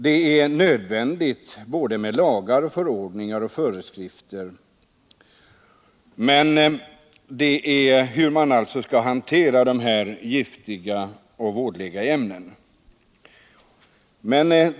Det är nödvändigt med lagar, förordningar och föreskrifter om hur man skall hantera dessa giftiga och vådliga ämnen.